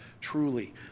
truly